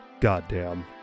goddamn